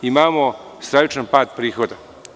Imamo stravičan pad prihoda.